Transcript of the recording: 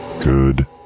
good